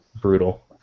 brutal